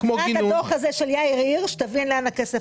תקרא את הדוח של יאיר הירש ותבין לאן הכסף הולך.